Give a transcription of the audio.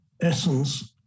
essence